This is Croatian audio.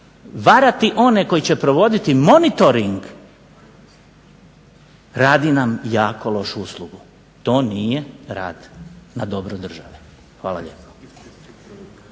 varati one koji će provoditi monitoring radi nam jako lošu uslugu. To nije rad za dobro države. Hvala lijepo.